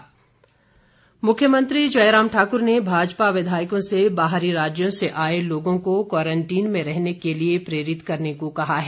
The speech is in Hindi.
मख्यमंत्री मुख्यमंत्री जयराम ठाक्र ने भाजपा विधायकों से बाहरी राज्यों से आए लोगों को क्वारंटीन में रहने के लिए प्रेरित करने को कहा है